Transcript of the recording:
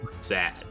sad